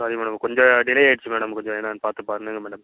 sorry madam கொஞ்சம் delay ஆயிடுச்சு madam கொஞ்சம் என்னான்னு பார்த்து பண்ணுங்கள் மேடம்